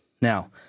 Now